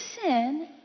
sin